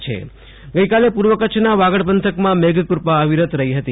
આશુતોષ અંતાણી કચ્છ વરસાદ ગઈકાલે પુર્વ કચ્છના વાગડ પંથકમાં મેઘકૃપા અવિરતા રહિ હતી